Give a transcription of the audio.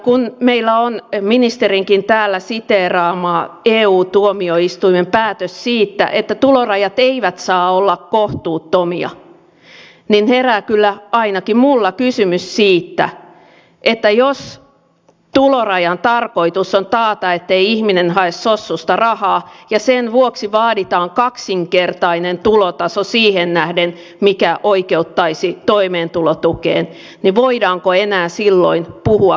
kun meillä on ministerinkin täällä siteeraama eu tuomioistuimen päätös siitä että tulorajat eivät saa olla kohtuuttomia niin herää kyllä ainakin minulla kysymys siitä että jos tulorajan tarkoitus on taata ettei ihminen hae sossusta rahaa ja sen vuoksi vaaditaan kaksinkertainen tulotaso siihen nähden mikä oikeuttaisi toimeentulotukeen niin voidaanko enää silloin puhua kohtuullisesta